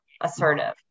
assertive